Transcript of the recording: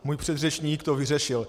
Můj předřečník to vyřešil.